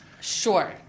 Sure